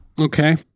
Okay